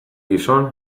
gizon